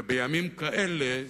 ובימים כאלה,